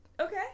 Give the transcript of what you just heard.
okay